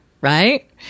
right